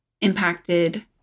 impacted